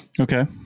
Okay